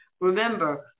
remember